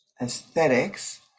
Aesthetics